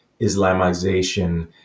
Islamization